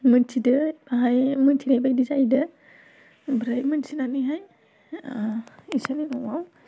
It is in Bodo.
मिथिदों बाहाय मिथिनाय बायदि जाहैदों ओमफ्राय मोनथिनानैहाय बिसानि न'आव